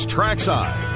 Trackside